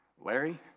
Larry